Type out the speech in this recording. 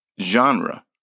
genre